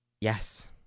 Yes